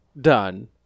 done